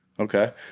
Okay